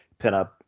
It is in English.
pinup